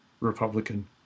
Republican